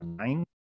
nine